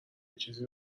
چیزی